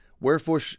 Wherefore